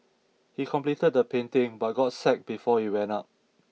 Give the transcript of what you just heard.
he completed the painting but got sacked before it went up